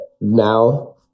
now